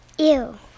Ew